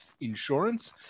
insurance